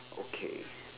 okay